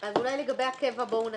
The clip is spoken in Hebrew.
אז אולי לגבי הקבע בואו נקריא?